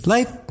Life